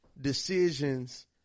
decisions